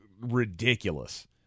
Ridiculous